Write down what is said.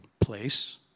place